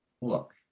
Look